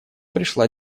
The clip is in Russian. пришла